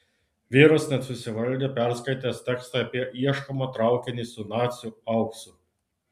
vyras nesusivaldė perskaitęs tekstą apie ieškomą traukinį su nacių auksu